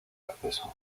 acceso